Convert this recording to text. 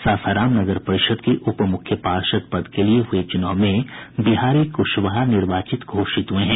सासाराम नगर परिषद् के उप मुख्य पार्षद पद के लिये हुए चुनाव में बिहारी कुशवाहा निर्वाचित घोषित हुए हैं